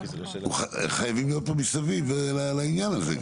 הם חייבים להיות פה מסביב לעניין הזה,